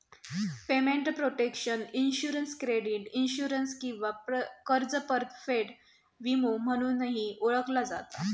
payment protection insurance credit insurance किंवा कर्ज परतफेड विमो म्हणूनही ओळखला जाता